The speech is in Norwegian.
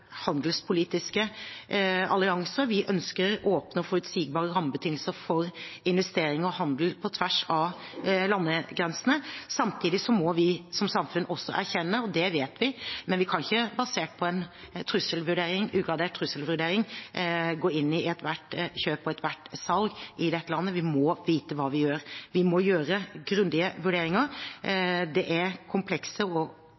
handelspolitiske allianser. Vi ønsker åpne og forutsigbare rammebetingelser for investering og handel på tvers av landegrensene. Samtidig må vi som samfunn også erkjenne – det vet vi – at vi må vite hva vi gjør, vi kan ikke basert på en trusselvurdering, ugradert trusselvurdering, gå inn i ethvert kjøp og ethvert salg i dette landet. Vi må